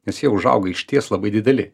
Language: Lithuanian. nes jie užauga išties labai dideli